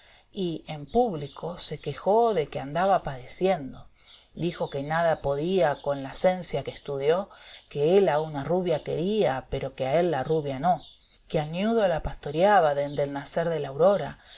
y en público se quejó de que andaba padeciendo dijo que nada podía con la cencia que estudió que él a una rubia quería pero que a él la rubia no e del campo qu al ñudo la pastoriaba dende el nacer de la aurora